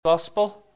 Gospel